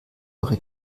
eure